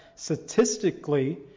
Statistically